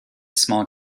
small